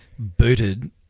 Booted